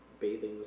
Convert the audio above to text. bathing